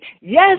Yes